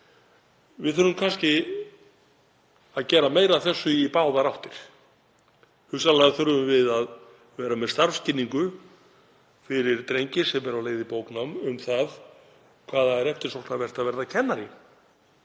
Við þurfum kannski að gera meira af því í báðar áttir. Hugsanlega þurfum við að vera með starfskynningu fyrir drengi sem eru á leið í bóknám um það hvað það er eftirsóknarvert að verða kennari,